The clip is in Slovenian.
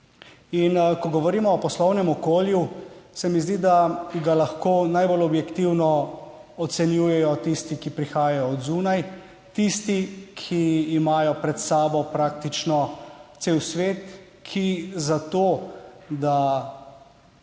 ko govorimo o poslovnem okolju, se mi zdi, da ga lahko najbolj objektivno ocenjujejo tisti, ki prihajajo od zunaj, tisti ki imajo pred sabo praktično cel svet, ki za to, da